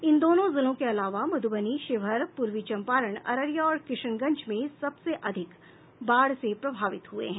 इन दोनों जिलों के अलावा मध्रबनी शिवहर पूर्वी चंपारण अररिया और किशनगंज में सबसे अधिक बाढ़ से प्रभावित हुए है